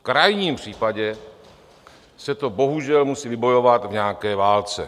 V krajním případě se to bohužel musí vybojovat v nějaké válce.